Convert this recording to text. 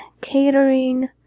Catering